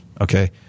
Okay